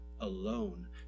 alone